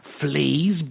fleas